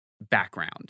background